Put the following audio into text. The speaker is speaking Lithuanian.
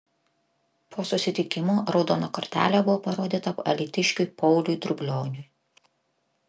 po susitikimo raudona kortelė buvo parodyta alytiškiui pauliui drublioniui